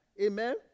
Amen